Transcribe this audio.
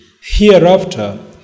Hereafter